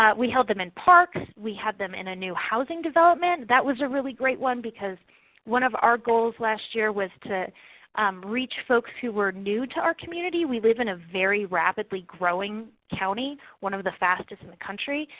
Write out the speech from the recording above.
we held them in parks. we held them in a new housing development. that was a really great one because one of our goals last year was to reach folks who were new to our community. we live in a very rapidly growing county, one of the fastest in the country,